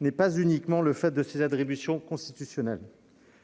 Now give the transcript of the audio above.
n'est pas uniquement le fait de ses attributions constitutionnelles.